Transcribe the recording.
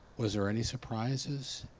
was there any surprises?